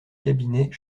cabinet